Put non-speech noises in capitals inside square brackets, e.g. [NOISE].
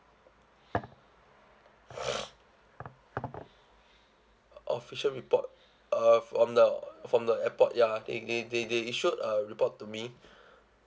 [NOISE] official report uh from the from the airport ya they they they they issued a report to me